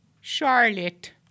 Charlotte